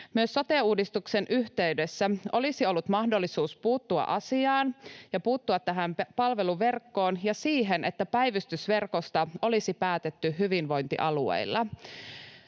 Myös sote-uudistuksen yhteydessä olisi ollut mahdollisuus puuttua asiaan ja puuttua tähän palveluverkkoon ja siihen, että päivystysverkosta olisi päätetty hyvinvointialueilla.